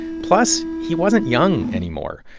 plus, he wasn't young anymore.